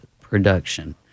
production